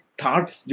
thoughts